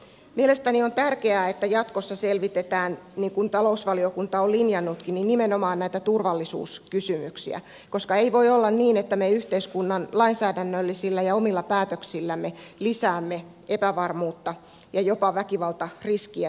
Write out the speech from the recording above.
mielestäni on tärkeää että jatkossa selvitetään niin kuin talousvaliokunta on linjannutkin nimenomaan näitä turvallisuuskysymyksiä koska ei voi olla niin että me yhteiskunnan lainsäädännöllisillä ja omilla päätöksillämme lisäämme epävarmuutta ja jopa väkivaltariskiä työelämässä